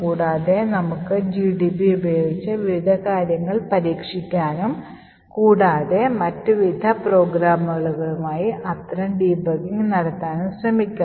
കൂടാതെ നമുക്ക് gdb ഉപയോഗിച്ച് വിവിധ കാര്യങ്ങൾ പരീക്ഷിക്കാനും കൂടാതെ മറ്റ് വിവിധ പ്രോഗ്രാമുകളുമായി അത്തരം ഡീബഗ്ഗിംഗ് നടത്താനും ശ്രമിക്കാം